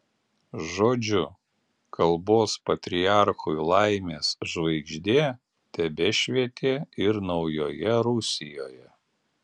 žodžiu kalbos patriarchui laimės žvaigždė tebešvietė ir naujoje rusijoje